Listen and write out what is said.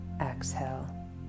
exhale